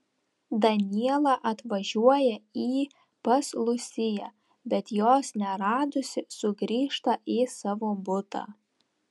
daniela atvažiuoja į pas lusiją bet jos neradusi sugrįžta į savo butą